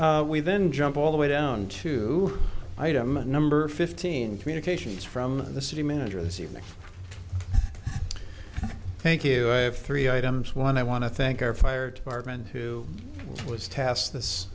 then jump all the way down to item number fifteen communications from the city manager this evening thank you i have three items one i want to thank our fire department who was tasked this